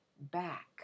back